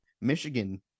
Michigan